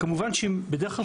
כמובן שבדרך כלל,